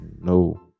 no